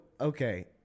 okay